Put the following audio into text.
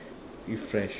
refresh